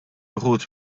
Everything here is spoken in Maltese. wħud